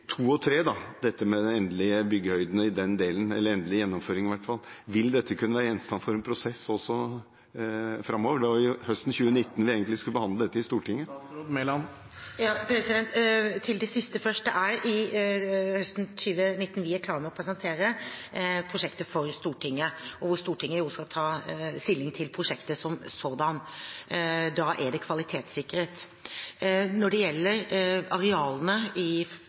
dette med de endelige byggehøydene i den endelige gjennomføringen, vil dette kunne være gjenstand for en prosess også framover? Det var jo høsten 2019 vi egentlig skulle behandle dette i Stortinget. Til det siste først: Det er høsten 2019 vi er klare til å presentere prosjektet for Stortinget, og hvor Stortinget skal ta stilling til prosjektet som sådan. Da er det kvalitetssikret. Når det gjelder arealene i